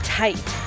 tight